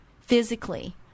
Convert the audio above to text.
physically